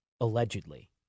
allegedly